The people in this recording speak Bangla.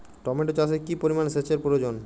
টমেটো চাষে কি পরিমান সেচের প্রয়োজন?